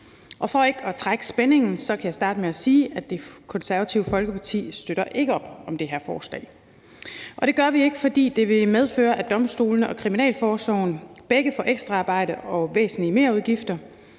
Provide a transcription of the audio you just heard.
For ikke at trække spændingen kan jeg starte med at sige, at Det Konservative Folkeparti ikke støtter op om det her forslag. Og det gør vi ikke, fordi det vil medføre, at domstolene og kriminalforsorgen begge får ekstraarbejde og væsentlige merudgifter.